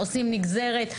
עושים נגזרת.